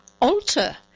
alter